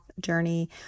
journey